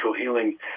healing